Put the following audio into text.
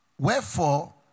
Wherefore